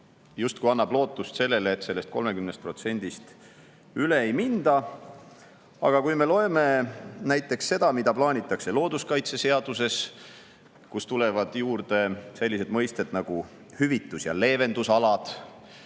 justkui annab lootust, et sellest 30%-st üle ei minda. Aga kui me loeme näiteks seda, mida plaanitakse looduskaitseseaduses, kus tulevad juurde sellised mõisted nagu hüvitusalad ja leevendusalad,